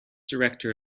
director